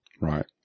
Right